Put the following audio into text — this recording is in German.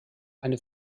eine